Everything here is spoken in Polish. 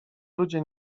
ludzie